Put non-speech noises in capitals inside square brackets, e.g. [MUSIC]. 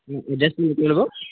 [UNINTELLIGIBLE]